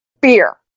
beer